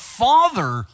father